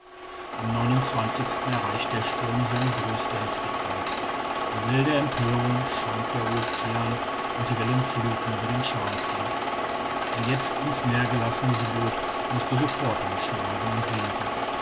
am erreicht der sturm seine größte heftigkeit in wilder empörung schäumt der ocean und die wellen fluthen über den chancellor ein jetzt in's meer gelassenes boot müßte sofort umschlagen und sinken